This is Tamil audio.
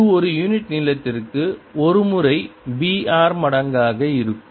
இது ஒரு யூனிட் நீளத்திற்கு ஒரு முறை br மடங்காக இருக்கும்